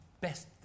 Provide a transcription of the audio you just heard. best